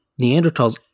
Neanderthals